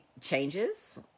changes